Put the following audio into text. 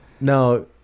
No